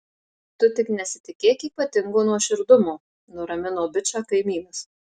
tu tik nesitikėk ypatingo nuoširdumo nuramino bičą kaimynas